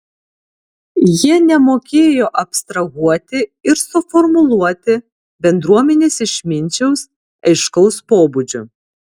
jie nemokėjo abstrahuoti ir suformuluoti bendruomenės išminčiaus aiškaus pobūdžio